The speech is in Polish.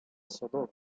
sodową